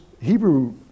Hebrew